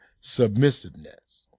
submissiveness